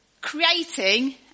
creating